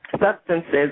substances